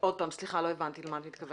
לא הבנתי למה את מתכוונת.